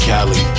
Cali